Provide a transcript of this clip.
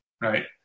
Right